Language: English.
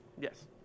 Yes